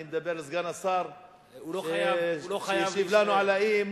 אני מדבר על סגן השר שהשיב לנו על האי-אמון.